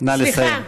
נא לסיים.